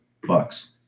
bucks